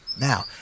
Now